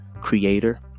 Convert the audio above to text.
creator